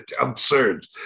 absurd